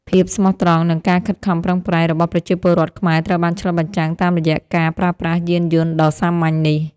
ភាពស្មោះត្រង់និងការខិតខំប្រឹងប្រែងរបស់ប្រជាពលរដ្ឋខ្មែរត្រូវបានឆ្លុះបញ្ចាំងតាមរយៈការប្រើប្រាស់យានយន្តដ៏សាមញ្ញនេះ។